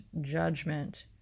judgment